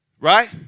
right